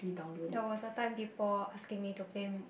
there was a time people asking me to